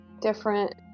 different